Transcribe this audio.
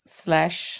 slash